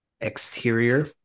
exterior